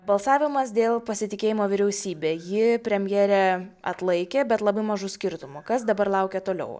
balsavimas dėl pasitikėjimo vyriausybe jį premjerė atlaikė bet labai mažu skirtumu kas dabar laukia toliau